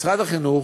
משרד החינוך,